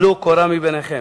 רבותי.